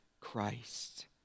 Christ